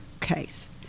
case